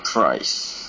price